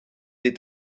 est